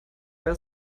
wäre